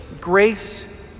grace